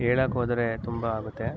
ಹೇಳೋಕೆ ಹೋದರೆ ತುಂಬ ಆಗುತ್ತೆ